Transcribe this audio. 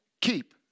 keep